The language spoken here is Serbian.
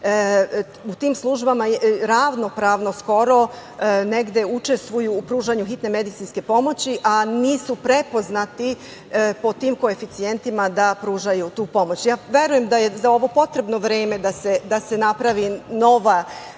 u tim službama ravnopravno skoro negde učestvuju u pružanju hitne medicinske pomoći, a nisu prepoznati po tim koeficijentima da pružaju tu pomoć. Verujem da je za ovo potrebno vreme da se napravi nova